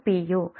u